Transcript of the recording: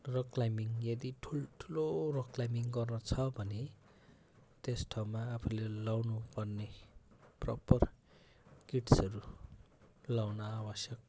rock climbing यदि ठुल्ठुलो rock climbing गर्न छ भने त्यस ठाउँमा आफूले लाउनुपर्ने प्रपर किट्सहरू लाउन आवश्यक